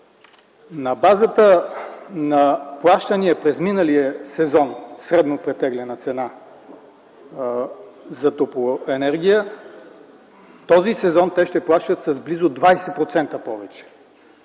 На базата на плащания през миналия сезон, средно претеглена цена, за топлоенергия през този сезон те ще плащат с близо 20% повече.